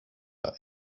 are